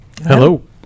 Hello